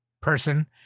person